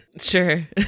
Sure